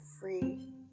free